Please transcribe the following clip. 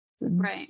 Right